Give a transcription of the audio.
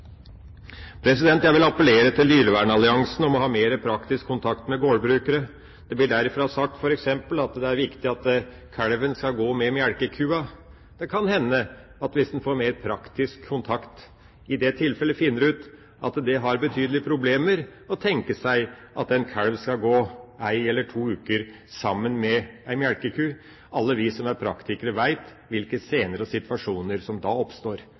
Jeg vil appellere til Dyrevernalliansen om å ha mer praktisk kontakt med gårdbrukere. Det blir derfra sagt f.eks. at det er viktig at kalven skal gå med melkekua. Det kan hende at man, hvis man får mer praktisk kontakt, finner ut at det er betydelige problemer med at en kalv skal gå en eller to uker sammen med en melkeku. Alle vi som er praktikere, vet hvilke scener og situasjoner som da oppstår.